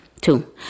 Two